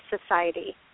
Society